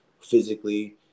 physically